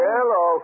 Hello